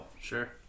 Sure